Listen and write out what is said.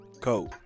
code